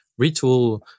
retool